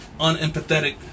unempathetic